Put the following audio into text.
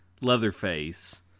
Leatherface